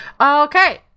okay